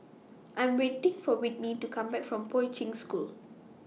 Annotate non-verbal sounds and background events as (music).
(noise) I Am waiting For Whitney to Come Back from Poi Ching School (noise)